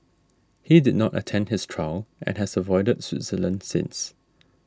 he did not attend his trial and has avoided Switzerland since